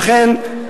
תודה.